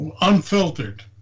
unfiltered